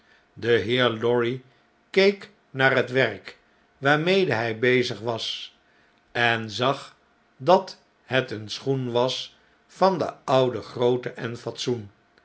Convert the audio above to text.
de heer lorry keek naar het werk waarmede hij bezig was en zag dat het een schoen was van de oude grootte en fatsoen